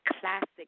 classic